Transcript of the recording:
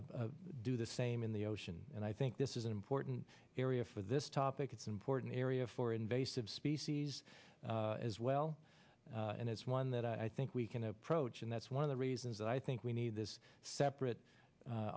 us do the same in the ocean and i think this is an important area for this topic it's an important area for invasive species as well and it's one that i think we can approach and that's one of the reasons that i think we need this separate